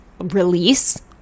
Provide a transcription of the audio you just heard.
release